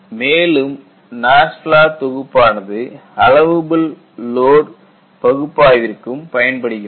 மேலும் NASFLA தொகுப்பானது அலவபில் லோடு பகுப்பாய்வுக்கும் பயன்படுகிறது